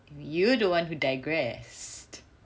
you were the one who digressed